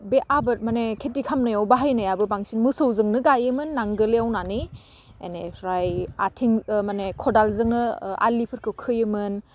बे आबाद माने खेथि खालामनायाव बाहायनायाबो बांसिन मोसौजोंनो गाइयोमोन नांगोल एवनानै एनिफ्राय आथिं माने खदालजोंनो आलिफोरखौ खोयोमोन